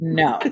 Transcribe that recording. no